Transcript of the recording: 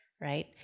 right